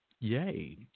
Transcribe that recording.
Yay